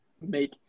make